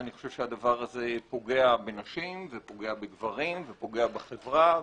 אני חושב שהדבר הזה פוגע בנשים ופוגע בגברים ופוגע בחברה,